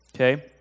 okay